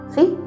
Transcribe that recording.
See